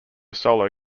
solo